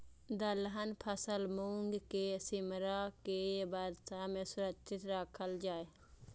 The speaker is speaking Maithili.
दलहन फसल मूँग के छिमरा के वर्षा में सुरक्षित राखल जाय?